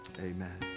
Amen